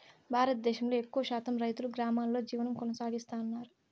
భారతదేశంలో ఎక్కువ శాతం రైతులు గ్రామాలలో జీవనం కొనసాగిస్తన్నారు